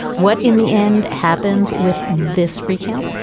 what in the end happens with this recount?